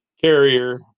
carrier